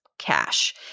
cash